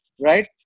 Right